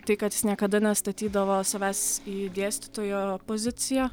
tai kad jis niekada nestatydavo savęs į dėstytojo poziciją